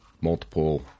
multiple